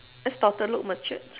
S daughter look matured